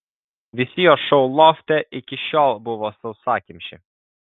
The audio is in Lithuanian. visi jo šou lofte iki šiol buvo sausakimši